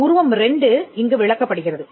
உருவம் 2 இங்கு விளக்கப்படுகிறது